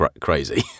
crazy